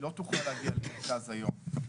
היא לא תוכל להגיע למרכז היום.